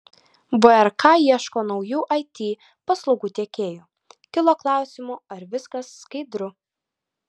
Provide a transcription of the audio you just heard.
vrk ieško naujų it paslaugų tiekėjų kilo klausimų ar viskas skaidru